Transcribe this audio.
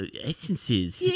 essences